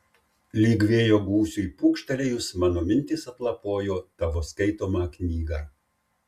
lyg vėjo gūsiui pūkštelėjus mano mintys atlapojo tavo skaitomą knygą